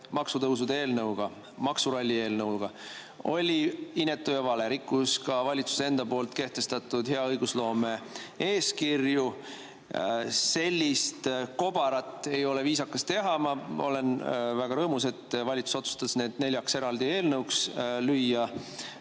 maksutõusude eelnõuga, maksuralli eelnõuga, oli inetu ja vale ning rikkus ka valitsuse enda kehtestatud hea õigusloome eeskirja. Sellist kobarat ei ole viisakas teha. Ma olen väga rõõmus, et valitsus otsustas selle neljaks eraldi eelnõuks lüüa.